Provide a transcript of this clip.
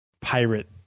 pirate